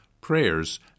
prayers